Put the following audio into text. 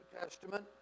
Testament